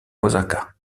osaka